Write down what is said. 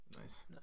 Nice